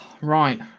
Right